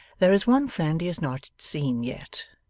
there is one friend he has not seen yet,